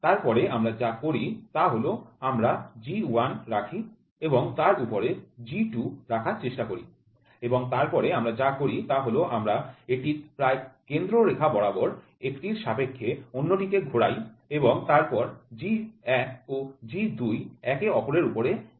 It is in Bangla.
তারপর আমরা যা করি তা হল আমরা G ১ রাখি এবং তার উপরে G ২ রাখার চেষ্টা করি এবং তারপরে আমরা যা করি তা হল আমরা এটির প্রায় কেন্দ্র রেখা বরাবর একটির সাপেক্ষে অন্য টিকে ঘোরাই এবং তারপরে G ১ ও G ২ একে অপরের উপরে যুক্ত হয়ে যায়